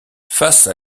face